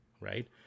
right